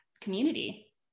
community